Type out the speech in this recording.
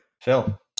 Phil